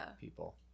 People